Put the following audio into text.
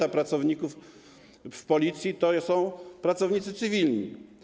1/5 pracowników w Policji to są pracownicy cywilni.